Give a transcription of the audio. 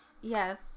Yes